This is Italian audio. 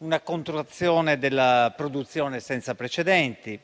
una contrazione della produzione senza precedenti;